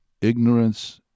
ignorance